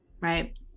right